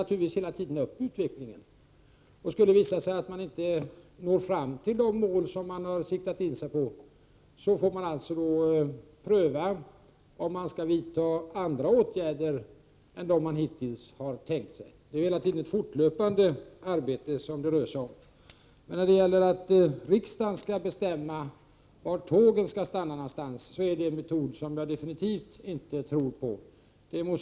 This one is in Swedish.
Naturligtvis följs utvecklingen hela tiden. Skulle det visa sig att de mål som riksdagen har satt upp inte uppnås, får man pröva om andra åtgärder än de som man hittills har tänkt sig skall vidtas. Det rör sig hela tiden om ett fortlöpande arbete. Att riksdagen skulle bestämma var tågen skall stanna är en metod som jag absolut inte tror på.